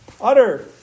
utter